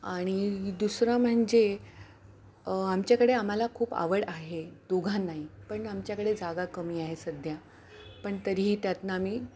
आणि दुसरं म्हणजे आमच्याकडे आम्हाला खूप आवड आहे दोघांनाही पण आमच्याकडे जागा कमी आहे सध्या पण तरीही त्यातून आम्ही